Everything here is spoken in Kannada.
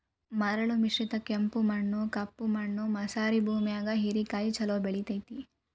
ಮರಳು ಮಿಶ್ರಿತ ಕೆಂಪು ಮಣ್ಣ, ಕಪ್ಪು ಮಣ್ಣು ಮಸಾರೆ ಭೂಮ್ಯಾಗು ಹೇರೆಕಾಯಿ ಚೊಲೋ ಬೆಳೆತೇತಿ